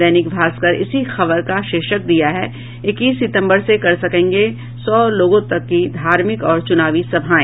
दैनिक भास्कर इसी खबर का शीर्षक दिया है इक्कीस सितंबर से कर सकेंगे सौ लोगों तक की धार्मिक और चुनावी सभाएं